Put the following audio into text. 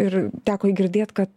ir teko girdėt kad